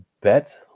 Bet